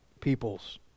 peoples